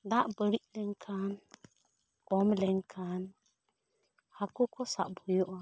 ᱫᱟᱜ ᱵᱟᱹᱲᱤᱡ ᱞᱮᱱ ᱠᱷᱟᱱ ᱠᱚᱢ ᱞᱮᱱᱠᱷᱟᱱ ᱦᱟᱹᱠᱩ ᱠᱚ ᱥᱟᱵ ᱦᱳᱭᱳᱜᱼᱟ